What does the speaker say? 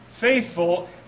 faithful